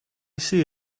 see